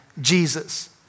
Jesus